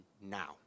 now